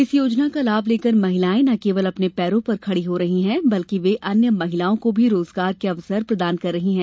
इस योजना का लाभ लेकर महिलायें न केवल अपने पैरों पर खड़ी हो रही हैं बल्कि वे अन्य महिलाओं को भी रोजगार के अवसर प्रदान कर रही हैं